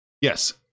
yes